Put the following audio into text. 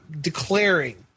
declaring